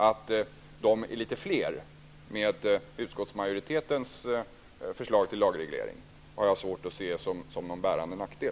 Att de blir litet fler med utskottsmajoritetens förslag till lagreglering har jag svårt att se som någon avgörande nackdel.